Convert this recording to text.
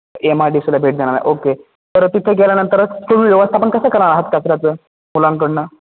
Emma डी सीला भेट देणार आहे ओके तर तिथं गेल्यानंतरच तुम्ही व्यवस्थापन कसं करा आहात कचऱ्याचं मुलांकडनं